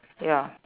ya